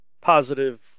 positive